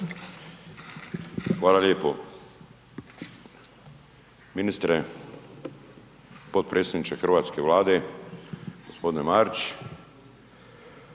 Hvala lijepo. Ministre, potpredsjedniče hrvatske Vlade, g. Marić,